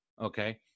okay